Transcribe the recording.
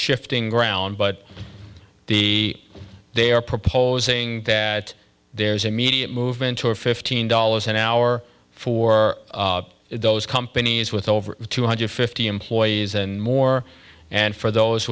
shifting ground but the they are proposing that there's immediate movement to a fifteen dollars an hour for those companies with over two hundred fifty employees and more and for those